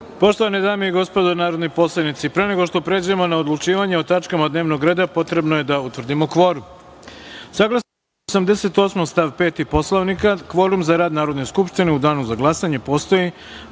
godini. Poštovane dame i gospodo narodni poslanici, pre nego što pređemo na odlučivanje o tačkama dnevnog reda, potrebno je da utvrdimo kvorum. Saglasno članu 78. stav 5. Poslovnika, kvorum za rad Narodne skupštine u danu za glasanje postoji